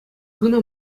кӑна